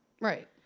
Right